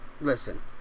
Listen